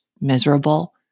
miserable